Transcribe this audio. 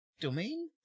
domain